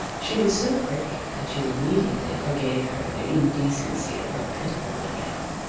she was so pretty that you immediately forgave her the indecency of her pitiful little gown.